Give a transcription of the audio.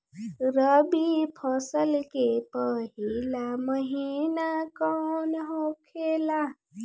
रबी फसल के पहिला महिना कौन होखे ला?